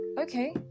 Okay